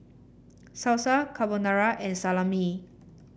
Salsa Carbonara and Salami